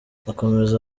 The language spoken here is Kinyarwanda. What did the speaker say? akomeza